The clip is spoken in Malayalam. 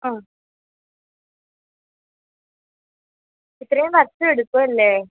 ആ ഇത്രയും വർഷം എടുക്കും അല്ലേ